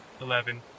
Eleven